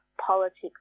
politics